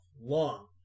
long